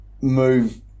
move